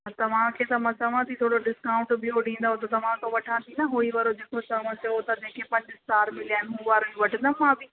त तव्हांखे मां चवां थी की थोरो डिस्काउंट ॿियो ॾींदव त तव्हांखा वठां थी न उहोई वारो जेको तव्हां चओ था जंहिंखे पंज स्टार मिलिया आहिनि हू वारो ई वठंदमि मां बि